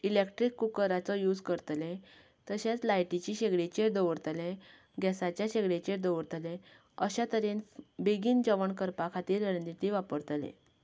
electric कुकराचो use करतले तशेंच लायटीची शेगडीचेर दवरतले गॅसाचे शेगडेचेर दवरतले अश्या तरेन बेगीन जेवण करपा खातीर रणनीती वापरतले